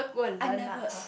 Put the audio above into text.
I never